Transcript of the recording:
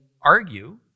argue